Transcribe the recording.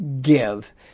give